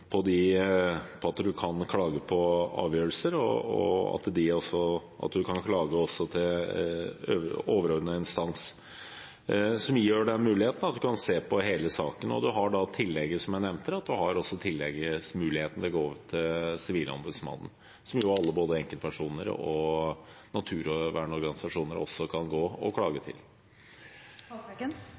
på avgjørelser, og at man også kan klage til overordnet instans, som gir muligheten til å se på hele saken. Så har man i tillegg, som jeg nevnte, muligheten til å gå til Sivilombudsmannen, som alle, både enkeltpersoner og naturvernorganisasjoner, også kan gå og klage